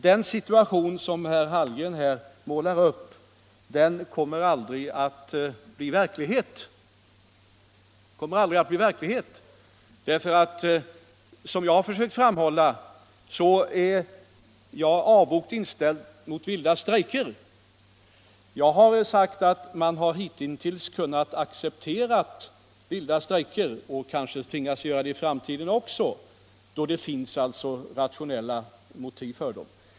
Den situation som herr Hallgren här målat upp kommer emellertid aldrig att bli verklighet. Jag har tidigare i dag framfört att jag är avogt inställd mot vilda strejker. Då det funnits rationella motiv för sådana har vi hittills accepterat dem, och det kan vi bli tvungna att göra även i framtiden.